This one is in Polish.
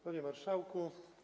Panie Marszałku!